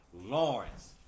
Lawrence